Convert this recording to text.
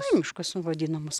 aimiškos suvadinamos